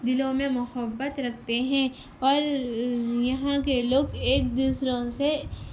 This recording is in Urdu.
دلوں میں محبت رکھتے ہیں اور یہاں کے لوگ ایک دوسروں سے